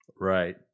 right